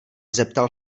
zeptal